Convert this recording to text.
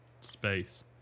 space